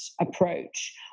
approach